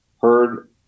heard